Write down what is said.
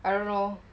I don't know